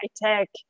high-tech